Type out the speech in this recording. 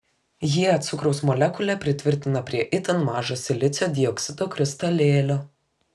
jie cukraus molekulę pritvirtina prie itin mažo silicio dioksido kristalėlio